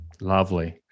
Lovely